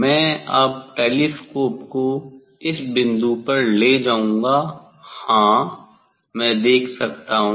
मैं अब टेलीस्कोप को इस बिंदु पर ले जाऊंगा हां मैं देख सकता हूं